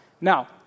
Now